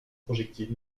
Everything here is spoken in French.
projectile